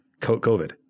COVID